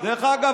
דרך אגב,